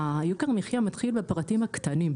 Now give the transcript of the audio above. יוקר המחייה מתחיל בפרטים הקטנים.